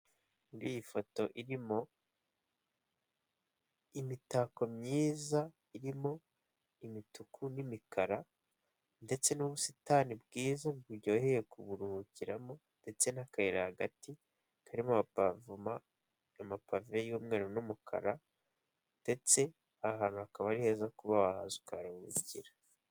Iyi foto irimo imitako myiza irimo imituku n'imikara ndetse n'ubusitani bwiza buryoheye kuburuhukiramo ndetse n'akayira hagati karimo amapave y'umweru n'umukara ndetse ahantu hakaba ari heza kuba wahaza ukaharuhukira.